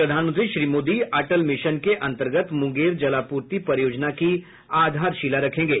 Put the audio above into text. प्रधानमंत्री श्री मोदी अटल मिशन के अंतर्गत मुंगेर जलापूर्ति परियोजना की आधारशिला रखेंगे